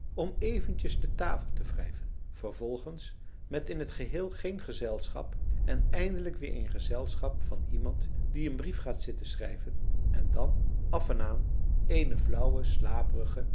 om eventjes de tafel te wrijven vervolgens met in t geheel geen gezelschap en eindelijk weer in gezelschap van iemand die een brief gaat zitten schrijven en dan af en aan eene flauwe slaperige